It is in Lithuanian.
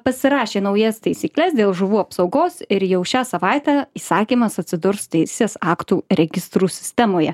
pasirašė naujas taisykles dėl žuvų apsaugos ir jau šią savaitę įsakymas atsidurs teisės aktų registrų sistemoje